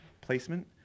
placement